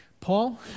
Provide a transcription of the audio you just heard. Paul